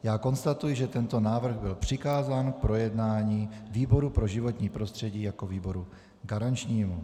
Já konstatuji, že tento návrh byl přikázán k projednání výboru pro životní prostředí jako výboru garančnímu.